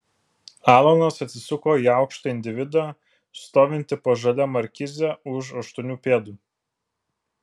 alanas atsisuko į aukštą individą stovintį po žalia markize už aštuonių pėdų